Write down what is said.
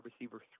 receiver